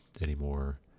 anymore